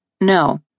No